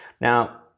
Now